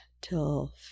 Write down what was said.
till